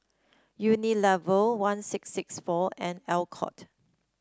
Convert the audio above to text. Unilever one six six four and Alcott